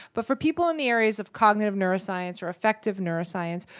but for people in the areas of cognitive neuroscience or affective neuroscience,